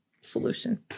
solution